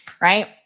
right